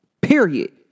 Period